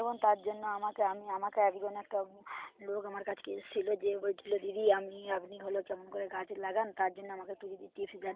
এবং তার জন্য আমাকে আমি আমাকে একজন একটা লোক আমার কাছকে এসছিলো যে বলেছিলো দিদি আমি আপনি হলো কেমন করে গাছ লাগান তার জন্য আমাকে একটু যদি টিপস দেন